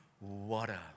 water